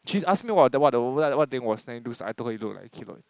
she's asking about the what I told her you look like a keloid